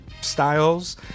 styles